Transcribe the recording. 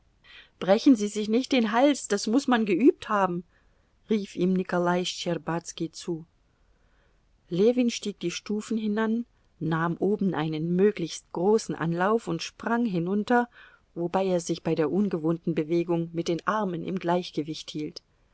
brechen sie sich nicht den hals das muß man geübt haben rief ihm nikolai schtscherbazki zu ljewin stieg die stufen hinan nahm oben einen möglichst großen anlauf und sprang hinunter wobei er sich bei der ungewohnten bewegung mit den armen im gleichgewicht hielt